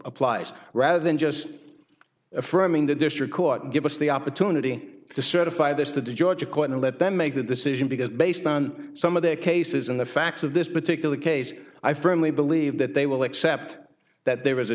applies rather than just affirming the dish you're caught give us the opportunity to certify this to do judge a court and let them make the decision because based on some of their cases and the facts of this particular case i firmly believe that they will accept that there was a